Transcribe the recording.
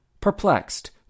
perplexed